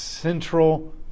Central